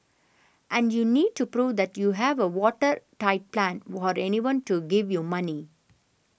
and you need to prove that you have a watertight plan for anyone to give you money